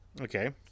Okay